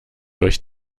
durch